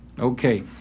Okay